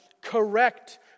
correct